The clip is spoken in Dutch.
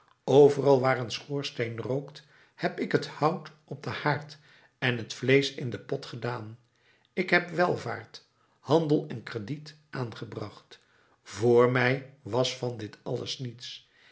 overal waar een schoorsteen rookt heb ik het hout op den haard en het vleesch in den pot gedaan ik heb welvaart handel en krediet aangebracht vr mij was van dit alles niets